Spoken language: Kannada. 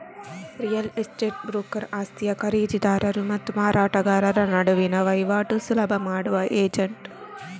ರಿಯಲ್ ಎಸ್ಟೇಟ್ ಬ್ರೋಕರ್ ಆಸ್ತಿಯ ಖರೀದಿದಾರರು ಮತ್ತು ಮಾರಾಟಗಾರರ ನಡುವಿನ ವೈವಾಟು ಸುಲಭ ಮಾಡುವ ಏಜೆಂಟ್